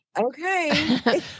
okay